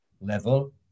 level